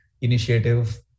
initiative